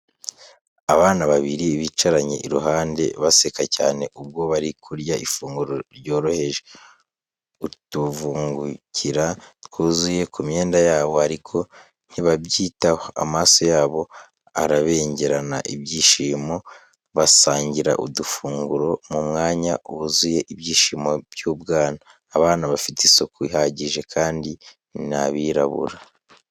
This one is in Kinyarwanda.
Abana babiri bicaranye iruhande, baseka cyane ubwo bari kurya ifunguro ryoroheje. Utuvungukira twuzuye ku myenda yabo ariko ntibabyitaho. Amaso yabo arabengerana ibyishimo, basangira udufunguro mu mwanya wuzuye ibyishimo by’ubwana. Abana bafite isuku ihagije kandi ni abirabura.